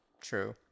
True